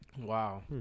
Wow